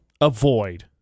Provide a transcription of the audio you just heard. avoid